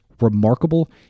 remarkable